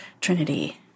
Trinity